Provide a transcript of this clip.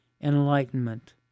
enlightenment